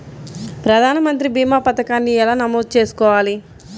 ప్రధాన మంత్రి భీమా పతకాన్ని ఎలా నమోదు చేసుకోవాలి?